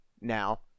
now